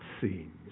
seen